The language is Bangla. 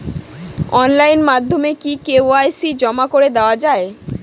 অনলাইন মাধ্যমে কি কে.ওয়াই.সি জমা করে দেওয়া য়ায়?